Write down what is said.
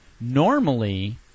normally